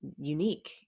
unique